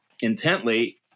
intently